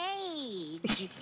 age